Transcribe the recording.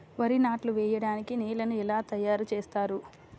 వరి నాట్లు వేయటానికి నేలను ఎలా తయారు చేస్తారు?